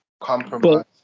Compromise